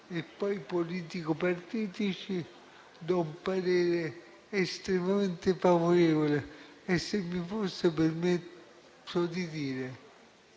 e poi politico-partitici, esprimo un parere estremamente favorevole e, se mi fosse permesso di dirlo,